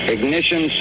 Ignition